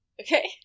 Okay